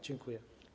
Dziękuję.